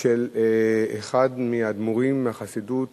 של אחד מהאדמו"רים מהחסידויות